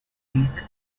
week